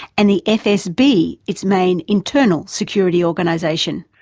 and the fsb its main internal security organisation.